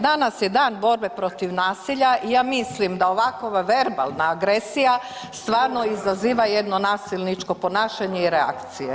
Danas je dan borbe protiv nasilja i ja mislim da ovakova verbalna agresija stvarno izaziva jedno nasilničko ponašanje i reakcije.